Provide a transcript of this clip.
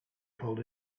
pulled